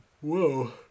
Whoa